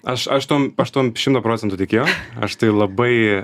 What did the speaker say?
aš aš tuom aš tuom šimtu procentų tikėjau aš tai labai